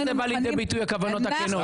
איך זה בא לידי ביטוי הכוונות הכנות?